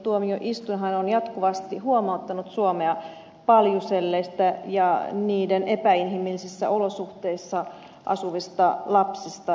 euroopan ihmisoikeustuomioistuinhan on jatkuvasti huomauttanut suomea paljuselleistä ja niiden epäinhimillisissä olosuhteissa asuvista lapsista